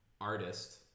artist